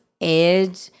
edge